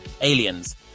Aliens